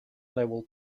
level